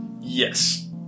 Yes